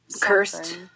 Cursed